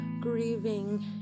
grieving